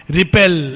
repel